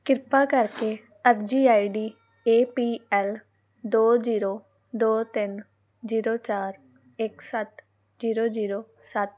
ਕਿਰਪਾ ਕਰਕੇ ਅਰਜ਼ੀ ਆਈਡੀ ਏ ਪੀ ਐਲ ਦੋ ਜ਼ੀਰੋ ਦੋ ਤਿੰਨ ਜ਼ੀਰੋ ਚਾਰ ਇਕ ਸੱਤ ਜ਼ੀਰੋ ਜ਼ੀਰੋ ਸੱਤ